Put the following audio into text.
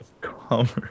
Commerce